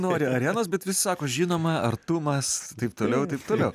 nori arenos bet visi sako žinoma artumas taip toliau ir taip toliau